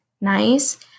nice